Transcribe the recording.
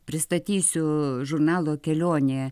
pristatysiu žurnalo kelionė